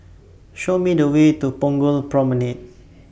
Show Me The Way to Punggol Promenade